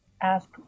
ask